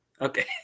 Okay